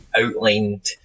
Outlined